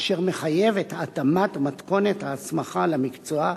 אשר מחייב את התאמת מתכונת ההסמכה למקצוע,